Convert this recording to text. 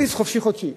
כרטיס "חופשי-חודשי"